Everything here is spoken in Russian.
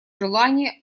желание